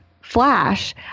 flash